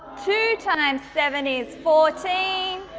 two times seven is fourteen,